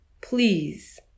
Please